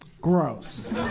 gross